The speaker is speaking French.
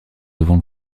devant